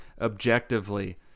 objectively